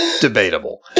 debatable